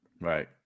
Right